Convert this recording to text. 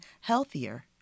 healthier